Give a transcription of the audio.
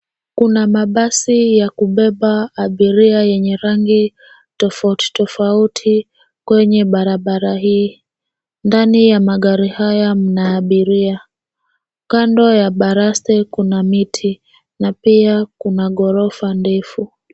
Kuna mabasi ya kubeba abiria yenye rangi tofauti kwenye barabara hii. Ndani ya magari haya mna abiria. Kando ya baraste kuna miti na pia kuna ghorofa ndefu.